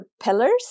pillars